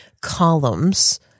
columns